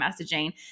messaging